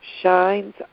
shines